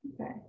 Okay